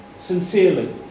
Sincerely